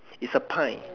it's a pie